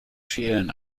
schälen